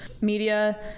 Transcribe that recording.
media